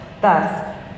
thus